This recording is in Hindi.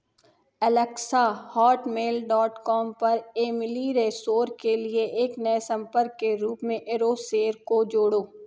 एलेक्सा हॉटमेल डॉट कॉम पर एमिली रेसोर के लिए एक नए संपर्क के रूप में एरोसेर को जोड़ो